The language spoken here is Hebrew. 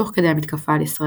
תוך כדי המתקפה על ישראל,